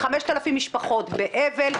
5,000 משפחות באבל.